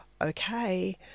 okay